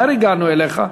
מהר הגענו אליך.